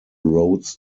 roads